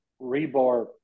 rebar